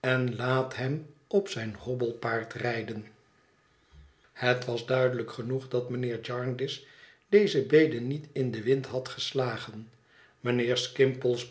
en laat hem op zijn hobbelpaard rijden het was duidelijk genoeg dat mijnheer jarndyce deze bede niet in den wind had geslagen mijnheer skimpole's